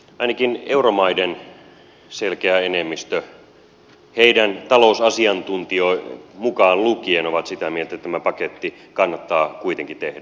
ainakin euromaiden selkeä enemmistö heidän talousasiantuntijansa mukaan lukien ovat sitä mieltä että tämä paketti kannattaa kuitenkin tehdä